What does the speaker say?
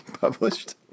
published